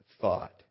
thought